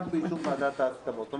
רק באישור ועדת ההסכמות.